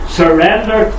surrender